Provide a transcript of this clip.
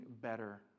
better